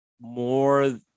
more